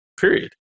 period